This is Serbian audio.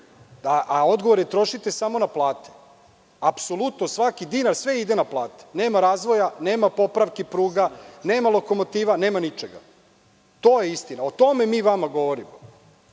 Odgovor je – trošite samo na plate. Apsolutno svaki dinar ide na plate. Nema razvoja, nema popravki pruga, nema lokomotiva, nema ničega. To je istina. O tome mi vama govorimo. Prvo